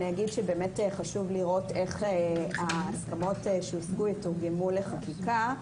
חשוב לראות איך ההסכמות שיושגו יתורגמו לחקיקה.